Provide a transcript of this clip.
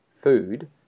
food